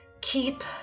keep